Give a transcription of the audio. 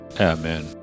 amen